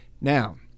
Now